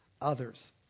others